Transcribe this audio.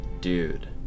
dude